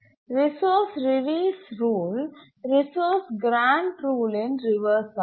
resource release rule resource grant rule in reverse ஆகும்